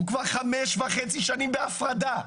הוא כבר 5.5 שנים בהפרדה.